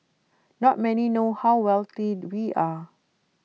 not many know how wealthy we are